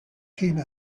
came